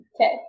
Okay